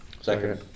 Second